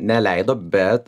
neleido bet